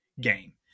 game